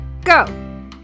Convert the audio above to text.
go